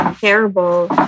terrible